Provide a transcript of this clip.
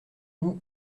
vous